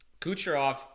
Kucherov